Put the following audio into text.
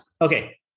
Okay